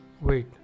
Wait